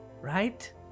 right